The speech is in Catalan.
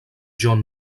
john